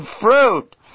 fruit